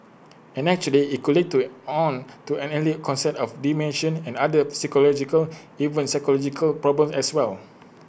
and actually IT could lead to on to early come set of dementia and other psychological even physiological problems as well